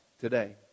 today